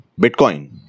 Bitcoin